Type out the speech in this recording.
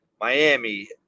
Miami